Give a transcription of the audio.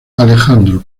alejandro